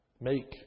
make